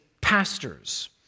pastors